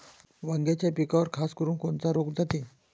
वांग्याच्या पिकावर खासकरुन कोनचा रोग जाते?